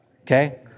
Okay